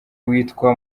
witwa